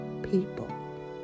people